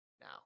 now